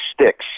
sticks